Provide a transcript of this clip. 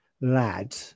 lad